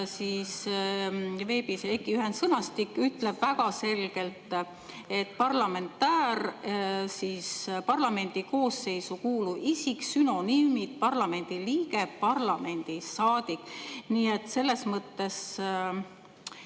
Veebis olev EKI ühendsõnastik ütleb väga selgelt, et parlamentäär on parlamendi koosseisu kuuluv isik, sünonüümid: parlamendiliige, parlamendisaadik. Nii et selles mõttes